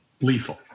lethal